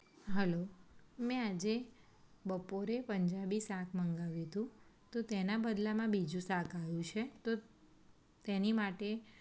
hello મેં આજે બપોરે પંજાબી શાક મંગાવ્યું તું તો તેના બદલામાં બીજું શાક આવ્યું છે તો તેની માટે